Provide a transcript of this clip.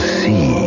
see